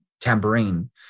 tambourine